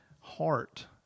Heart